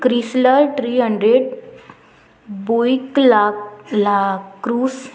Chrysler three hundred बोंयकलाक लाक्रुस